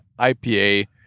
IPA